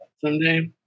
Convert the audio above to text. someday